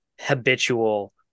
habitual